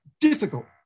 difficult